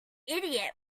idiot